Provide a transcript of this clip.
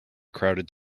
crowded